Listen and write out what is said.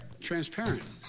Transparent